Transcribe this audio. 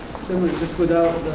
similar just without,